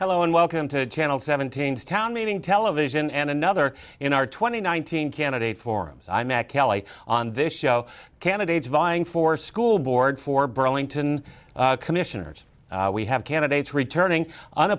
hello and welcome to channel seven teams town meeting television and another in our twenty nine hundred candidate forums i met kelly on this show candidates vying for school board for burlington commissioners we have candidates returning